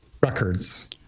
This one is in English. records